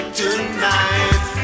tonight